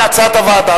כהצעת הוועדה.